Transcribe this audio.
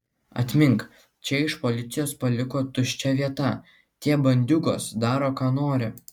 atmink čia iš policijos paliko tuščia vieta tie bandiūgos daro ką nori